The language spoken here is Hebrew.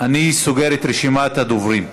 אני סוגר את רשימת הדוברים,